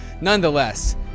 nonetheless